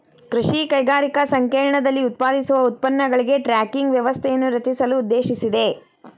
ಕೃಷಿ ಕೈಗಾರಿಕಾ ಸಂಕೇರ್ಣದಲ್ಲಿ ಉತ್ಪಾದಿಸುವ ಉತ್ಪನ್ನಗಳಿಗೆ ಟ್ರ್ಯಾಕಿಂಗ್ ವ್ಯವಸ್ಥೆಯನ್ನು ರಚಿಸಲು ಉದ್ದೇಶಿಸಿದೆ